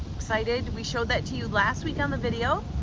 excited. we showed that to you last week on the video.